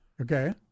Okay